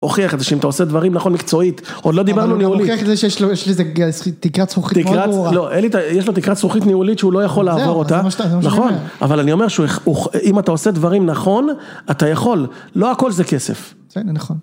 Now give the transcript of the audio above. הוכיח את זה, שאם אתה עושה דברים נכון מקצועית, עוד לא דיברנו ניהולית... אבל הוא גם הוכיח את זה שיש איזה תקרת זכוכית, אין לי, יש לו תקרת זכוכית ניהולית שהוא לא יכול לעבור אותה, זהו זה מה שאתה אומר, לעבור אותה. אבל אני אומר שאם אתה עושה דברים נכון אתה יכול, לא הכל זה כסף. זה נכון.